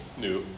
new